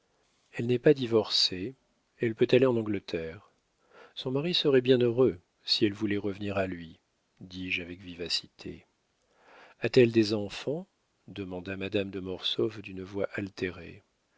elle n'est pas divorcée elle peut aller en angleterre son mari serait bien heureux si elle voulait revenir à lui dis-je avec vivacité a-t-elle des enfants demanda madame de mortsauf d'une voix altérée